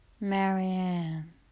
Marianne